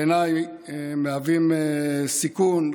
בעיניי מהווים סיכון,